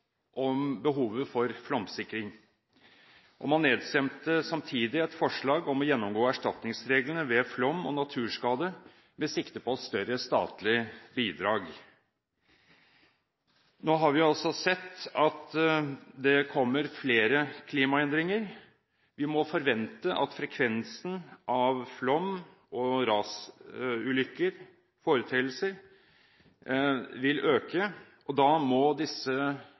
behovet for flom- og rassikring». Man nedstemte samtidig et forslag om å gjennomgå erstatningsreglene ved flom og naturskade med sikte på større statlig bidrag. Nå har vi altså sett at det kommer flere klimaendringer. Vi må forvente at frekvensen av flom og rasulykker og -foreteelser vil øke. Da må disse